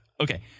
Okay